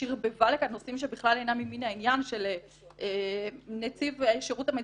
שרבבה לכאן נושאים שבכלל אינם ממין העניין של נציב שירות המדינה,